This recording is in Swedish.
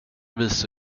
visa